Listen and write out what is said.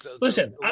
Listen